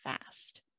fast